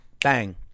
bang